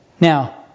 Now